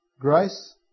grace